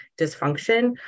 dysfunction